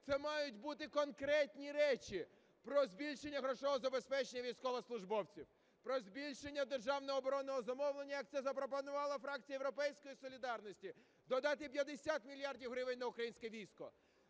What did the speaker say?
Це мають бути конкретні речі: про збільшення грошового забезпечення військовослужбовців, про збільшення державного оборонного замовлення, як це запропонувала фракція "Європейської солідарності", додати 50 мільярдів гривень на українське військо.